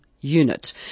unit